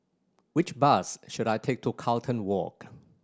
which bus should I take to Carlton Walk